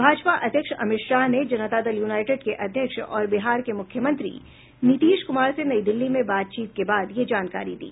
भाजपा अध्यक्ष अमित शाह ने जनता दल यूनाइटेड के अध्यक्ष और बिहार के मुख्यमंत्री नीतीश कुमार से नई दिल्ली में बातचीत के बाद यह जानकारी दी